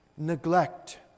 neglect